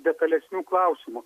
detalesnių klausimų